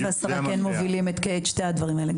והשרה כן מובילות את שני הדברים הללו,